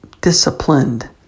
disciplined